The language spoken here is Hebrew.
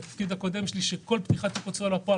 דרך בנקים,